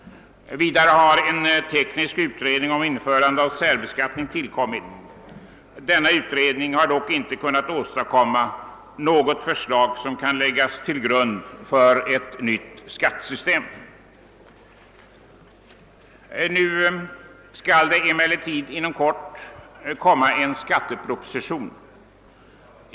Vidare har en teknisk utredning om införande av särbeskattning förekommit. Denna utredning har dock inte kunnat åstadkomma något förslag som kan läggas till grund för ett nytt skattesystem. Nu skall det emellertid inom kort komma en skatteproposition.